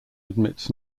admits